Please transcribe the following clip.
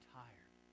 tired